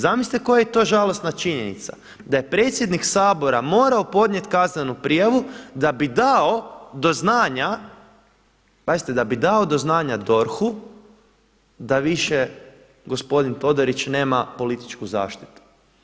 Zamislite koja je to žalosna činjenica da je predsjednik Sabora morao podnijeti kaznenu prijavu da bi dao do znanja, pazite da bi dao do znanja DORHU da više gospodin Todorić nema političku zaštitu.